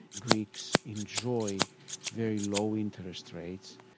greeks enjoy very low interest rates,